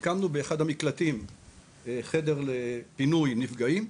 הקמנו באחד המקלטים חדר לפינוי נפגעים.